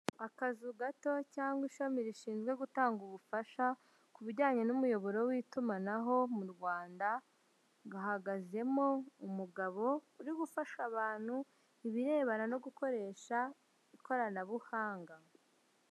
Akazu gato cyangwa ishami rishinzwe gutanga ubufasha, ku bijyanye n'umuyoboro w'itumanaho mu Rwanda, gahagazemo umugabo uri gufasha abantu ibirebana no gukoresha ikoranabuhanga.